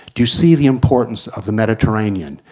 do you see the importance of the mediterranean?